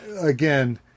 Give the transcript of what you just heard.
Again